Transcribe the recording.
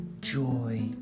joy